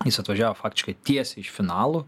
jis atvažiavo faktiškai tiesiai iš finalų